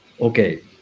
Okay